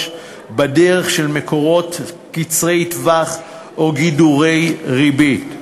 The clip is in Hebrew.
בדרך של מקורות קצרי טווח או גידורי ריבית.